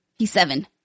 P7